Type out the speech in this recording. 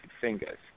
fingers